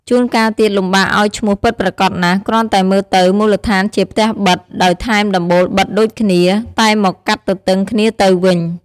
ជួនកាលទៀតលំបាកឱ្យឈ្មោះពិតប្រាកដណាស់ គ្រាន់តែមើលទៅ មូលដ្ឋានជាផ្ទះប៉ិត ដោយថែមដំបូលប៉ិតដូចគ្នា តែមកកាត់ទទឹងគ្នាទៅវិញ ។